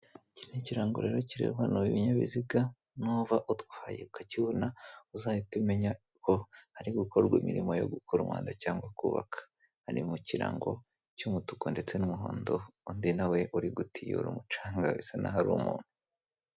iki ni ikirango rero kirebana n'ibinyabiziga nuba utwaye ukakibona, uzahite umenya ko hari gukorwa imirimo yo gukora umuhanda cyangwa kubaka harimo ikirango cy'umutuku ndetse n'umuhondo, undi na we uri gutiyura umucanga bisa n'aho ari umuntu.